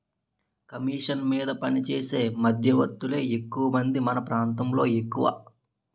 commission మీద పనిచేసే మధ్యవర్తులే ఎక్కువమంది మన ప్రాంతంలో ఎక్కువ